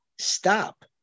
stop